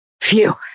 Phew